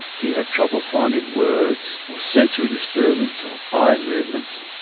do you have trouble finding words, or sensory disturbance, or eye movements,